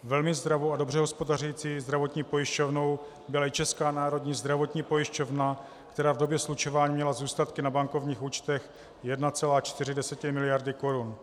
Velmi zdravou a dobře hospodařící zdravotní pojišťovnou byla i Česká národní zdravotní pojišťovna, která v době slučování měla zůstatky na bankovních účtech 1,4 miliardy korun.